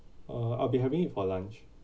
uh I'll be having it for lunch